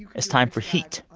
it's time for heat,